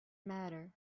matter